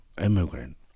immigrant